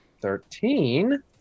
Thirteen